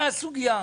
זה הסוגייה.